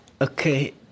okay